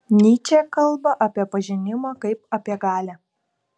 nyčė kalba apie pažinimą kaip apie galią